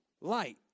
light